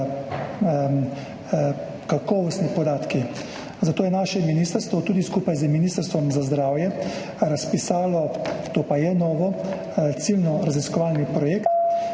kakovostni podatki, zato je naše ministrstvo tudi skupaj z Ministrstvom za zdravje razpisalo, to pa je novo, ciljno raziskovalni projekt.